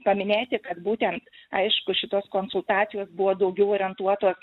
paminėti kad būtent aišku šitos konsultacijos buvo daugiau orientuotos